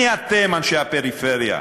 מי אתם, אנשי הפריפריה,